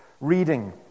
reading